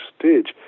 stage